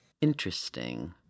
Interesting